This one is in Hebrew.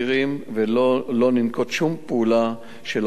ולא ננקוט שום פעולה שלא לצורך.